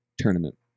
tournament